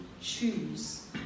choose